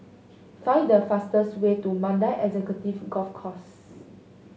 find the fastest way to Mandai Executive Golf Course